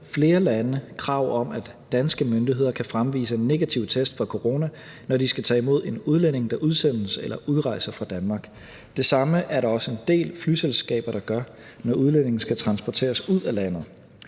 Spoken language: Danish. flere lande krav om, at danske myndigheder kan fremvise en negativ test for corona, når de skal tage imod en udlænding, der udsendes eller udrejser fra Danmark. Det samme er der også en del flyselskaber, der gør, når udlændingen skal transporteres ud af landet.